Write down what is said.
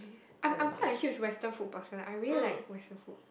I'm I'm quite a huge western food person I really like western food